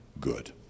good